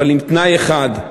אבל בתנאי אחד,